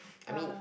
I mean